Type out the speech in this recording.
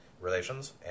relations